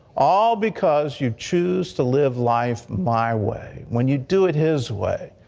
all because you choose to live life my way. when you do it his way,